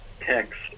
text